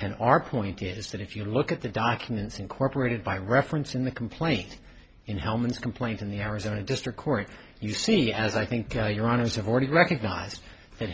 and our point is that if you look at the documents incorporated by reference in the complaint in helman's complaint in the arizona district court you see as i think your honour's have already recognized that